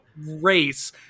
race